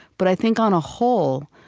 but i think on a whole,